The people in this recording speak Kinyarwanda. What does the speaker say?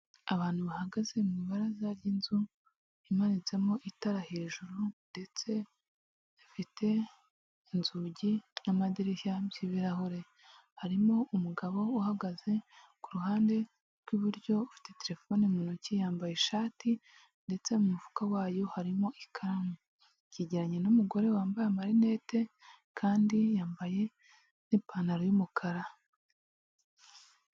Abantu bahagaze mu ibaraza ry'inzu imanitsemo itara hejuru ndetse ifite inzugi n'amadirishya by'ibirahure, harimo umugabo uhagaze ku ruhande rw'iburyo ufite telefone mu ntoki, yambaye ishati ndetse mu mufuka wayo harimo ikaramu yegeranye n'umugore wambaye marinete kandi yambaye n'ipantaro y'umukara.